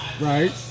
Right